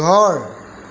ঘৰ